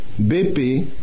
BP